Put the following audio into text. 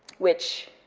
which,